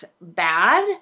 bad